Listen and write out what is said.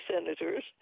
senators